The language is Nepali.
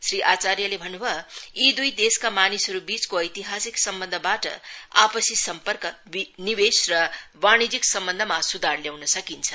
श्री आचार्यले भन्नुभयो यी दुई देशका मानिसहरूबीचको ऐतिहासिक सम्बन्धबाट आपसी सम्पर्क निवेष र वाणिज्यीक सम्वन्धमा सुधार ल्याउन सकिन्छ